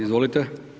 Izvolite.